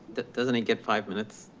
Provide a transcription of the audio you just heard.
doesn't he get five minutes?